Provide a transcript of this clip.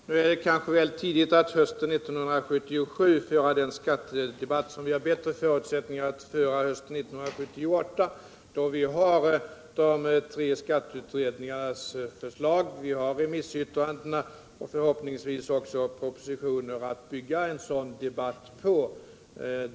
Herr talman! Det är kanske väl tidigt att hösten 1977 föra den skattedebatt som vi har bättre förutsättningar att föra hösten 1978, då vi har de tre skatteutredningarnas förslag, remissyttrandena och förhoppningsvis också propositioner att bygga en sådan debatt på.